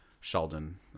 Sheldon